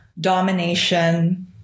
domination